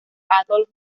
adolf